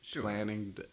planning